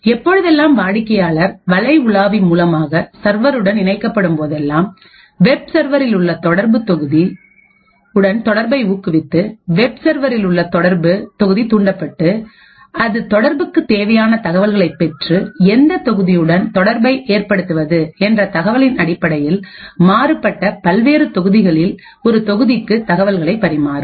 எப்பொழுதெல்லாம் வாடிக்கையாளர்வலை உலாவி மூலமாக சர்வருடன் இணைக்கப்படும் போதெல்லாம் வெப் சர்வரில் உள்ள தொடர்பு தொகுதி உடன் தொடர்பை ஊக்குவித்து வெப் சர்வரில் உள்ள தொடர்பு தொகுதி தூண்டப்பட்டு அது தொடர்புக்கு தேவையான தகவல்களைப் பெற்று எந்த தொகுதியுடன் தொடர்பை ஏற்படுத்துவது என்ற தகவலின் அடிப்படையில் மாறுபட்ட பல்வேறுபட்ட தொகுதிகளில் ஒரு தொகுதிக்கு தகவல்களை பரிமாறும்